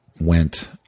went